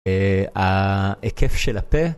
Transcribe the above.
אה, ה... היקף של הפה.